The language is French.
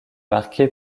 marqué